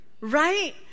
right